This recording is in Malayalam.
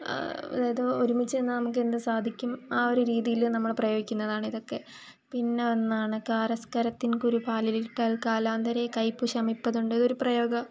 അതായത് ഒരുമിച്ച് നിന്നാൽ നമുക്കെന്തും സാധിക്കും ആ ഒരു രീതിയിൽ നമ്മൾ പ്രയോഗിക്കുന്നതാണിതൊക്കെ പിന്നെ ഒന്നാണ് കാരസ്കാരത്തിൻ കുരു പാലിലിട്ടാൽ കാലാന്തരേ കൈപ്പ് ശമിപ്പതുണ്ട് ഇതൊരു പ്രയോഗ